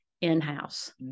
in-house